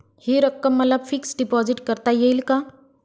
हि रक्कम मला फिक्स डिपॉझिट करता येईल का?